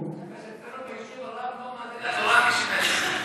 אצלנו ביישוב הרב לא מעלה לתורה מי שמעשן.